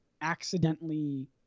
accidentally